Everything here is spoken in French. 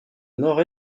nord